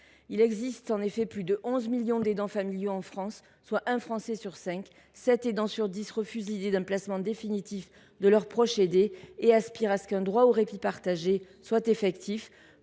Il existe en effet plus de 11 millions d’aidants familiaux en France, soit un Français sur cinq ! Sept aidants sur dix refusent l’idée d’un placement définitif de leur proche aidé et aspirent à ce qu’un droit au répit partagé soit effectif.